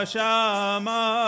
Shama